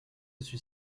suis